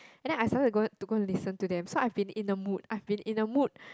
and then I suddenly to go to go and listen to them so I be in the mood I've be in a mood